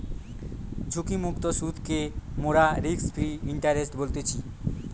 ঝুঁকিমুক্ত সুদকে মোরা রিস্ক ফ্রি ইন্টারেস্ট বলতেছি